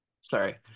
Sorry